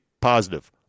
positive